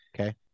Okay